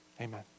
amen